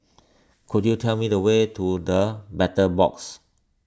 could you tell me the way to the Battle Box